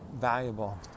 valuable